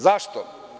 Zašto?